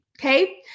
okay